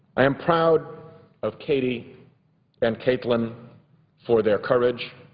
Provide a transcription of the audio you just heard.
i am proud of katie and katelin for their courage,